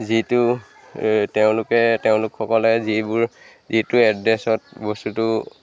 যিটো তেওঁলোকে তেওঁলোকসকলে যিবোৰ যিটো এড্ৰেছত বস্তুটো